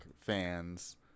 fans